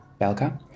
Belka